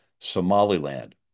Somaliland